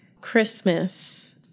Christmas